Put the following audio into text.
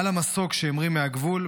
על המסוק שהמריא מהגבול,